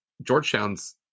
Georgetown's